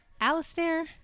Alistair